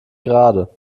gerade